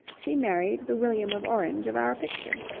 she married the william of orange of our picture.